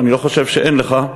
ואני לא חושב שאין לך,